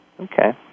Okay